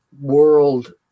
world